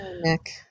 Nick